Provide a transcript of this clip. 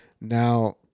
Now